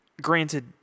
Granted